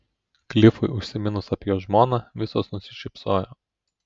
klifui užsiminus apie jo žmoną visos nusišypsojo